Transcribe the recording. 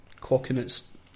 coconuts